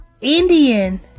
Indian